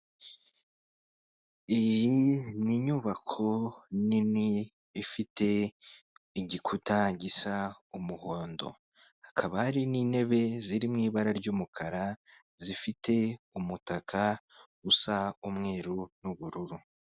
Iyi ni inyubako nini ifite igikuta gisa umuhondo, hakaba hari n'intebe ziri mu ibara ry'umukara, zifite umutaka usa umweru n'ubururu.